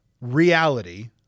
reality